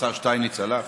השר שטייניץ הלך?